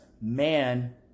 man